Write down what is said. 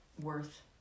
worth